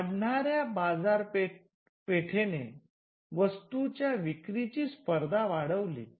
वाढणाऱ्या बाजार पेठेने वस्तूंच्या विक्रीची स्पर्धा वाढली होती